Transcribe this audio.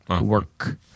Work